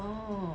oh